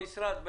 המשרד,